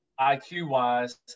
IQ-wise